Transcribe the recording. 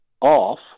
off